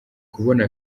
kubona